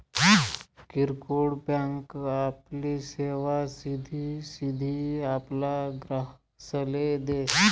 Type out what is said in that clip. किरकोड बँक आपली सेवा सिधी सिधी आपला ग्राहकसले देस